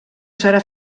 serà